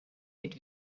mit